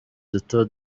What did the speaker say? duto